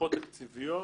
השלכות תקציביות.